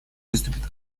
выступит